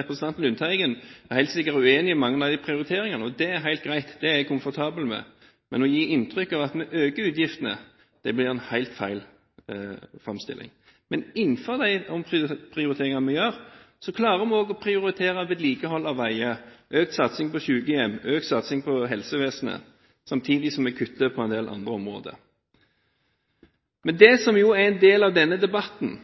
Representanten Lundteigen er helt sikkert uenig i mange av de prioriteringene, og det er helt greit, det er jeg komfortabel med. Men å gi inntrykk av at vi øker utgiftene, blir en helt feil framstilling. Innenfor de omprioriteringene vi gjør, klarer vi å prioritere vedlikehold av veier, økt satsing på sykehjem, økt satsing på helsevesenet, samtidig som vi kutter på en del andre områder. I en del av denne debatten